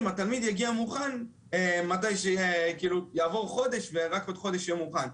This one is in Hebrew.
התלמיד יגיע מוכן מתי שיעבור חודש ורק עוד חושד הוא יהיה מוכן,